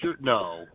no